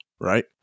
right